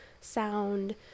sound